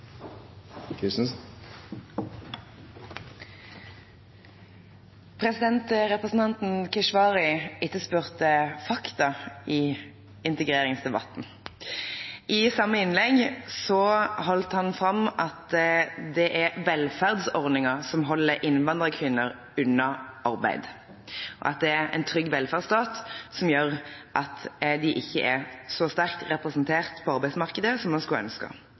på. Representanten Keshvari etterspurte fakta i integreringsdebatten. I samme innlegg holdt han fram at det er velferdsordninger som holder innvandrerkvinner unna arbeid, at det er en trygg velferdsstat som gjør at de ikke er så sterkt representert på arbeidsmarkedet som en skulle ønske.